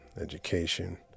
education